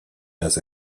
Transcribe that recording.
dass